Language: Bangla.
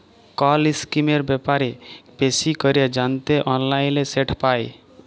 কল ইসকিমের ব্যাপারে বেশি ক্যরে জ্যানতে অললাইলে সেট পায়